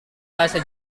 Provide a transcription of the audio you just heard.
bahasa